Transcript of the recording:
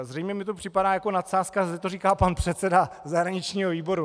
Zřejmě mi to připadá jako nadsázka, že to říká pan předseda zahraničního výboru.